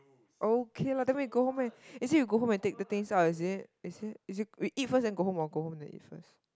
okay lah then we go home and is it you go home and take the things out is it is it is it we eat first then go home or go home then eat first